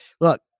look